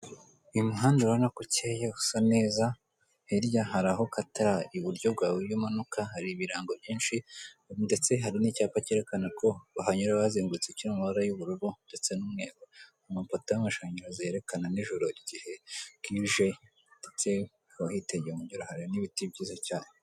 Uyu muhanda urabona ko ukeye usa neza, hirya hari aho ukatira, iburyo bwawe iyo umanuka hari ibirango byinshi, ndetse hari n'icyapa cyerekana ko bahanyura bazengurutse cyiri mu mabara y'ubururu ndetse n'umweru, amafoto y'amashanyarazi yerekana nijoro igihe bwije, ndetse abahitegeye umujyi urehareba n'ibiti byiza cyane.